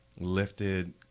lifted